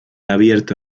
abierto